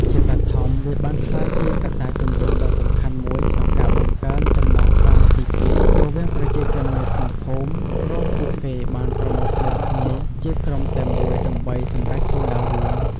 ជាបឋម វាបានក្លាយជាកត្តាជំរុញដ៏សំខាន់មួយក្នុងការបង្កើន ចំណងសាមគ្គីភាព រវាងប្រជាជននៅក្នុងភូមិ ព្រោះពួកគេបានប្រមូលផ្តុំគ្នាជាក្រុមតែមួយដើម្បីសម្រេចគោលដៅរួម។